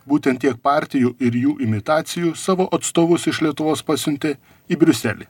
būtent tiek partijų ir jų imitacijų savo atstovus iš lietuvos pasiuntė į briuselį